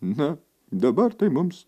na dabar tai mums